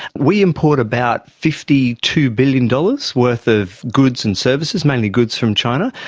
we import about fifty two billion dollars worth of goods and services, mainly goods from china,